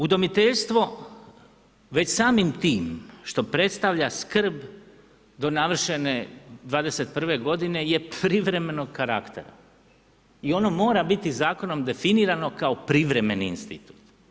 Udomiteljstvo već samim tim što predstavlja skrb do navršene 21 godine je privremenog karaktera i ono mora biti zakonom definirano kao privremeni institut.